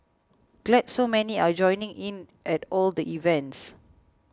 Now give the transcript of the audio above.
glad so many are joining in at all the events